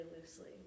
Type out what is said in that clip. loosely